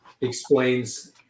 explains